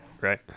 right